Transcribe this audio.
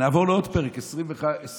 נעבור לעוד פרק, 27,